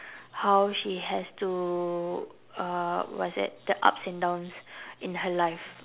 how she has to uh what's that the ups and downs in her life